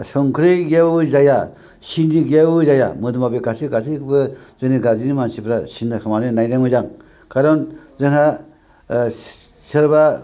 संख्रि गैयाबाबो जाया सिनि गैयाबाबो जाया मोदोमाव गासैखौबो जोंनि गारजेननि मानसिफ्रा सिन्था खालामनानै नायनाया मोजां खारन जोंहा सोरबा